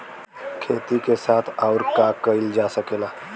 खेती के साथ अउर का कइल जा सकेला?